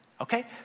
Okay